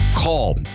Call